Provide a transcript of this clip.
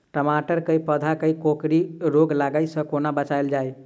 टमाटर केँ पौधा केँ कोकरी रोग लागै सऽ कोना बचाएल जाएँ?